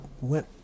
went